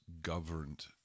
governed